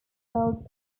swelled